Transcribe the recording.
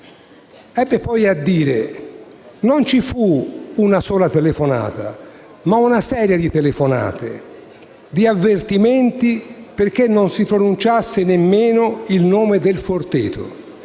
ebbe poi a dire che non ci fu una sola telefonata, ma una serie di telefonate di avvertimento perché non si pronunciasse nemmeno il nome «Forteto»,